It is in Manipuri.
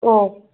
ꯑꯣ